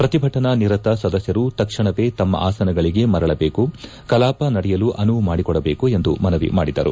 ಪ್ರತಿಭಟನಾನಿರತ ಸದಸ್ಕರು ತಕ್ಷಣವೇ ತಮ್ಮ ಆಸನಗಳಿಗೆ ಮರಳಬೇಕು ಕಲಾಪ ನಡೆಯಲು ಅನುವು ಮಾಡಿಕೊಡಬೇಕು ಎಂದು ಮನವಿ ಮಾಡಿದರು